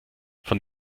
von